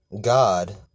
God